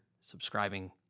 subscribing